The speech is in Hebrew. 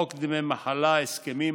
חוק דמי מחלה, הסכמים